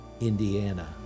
Indiana